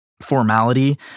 formality